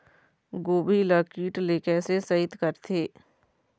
गोभी ल कीट ले कैसे सइत करथे?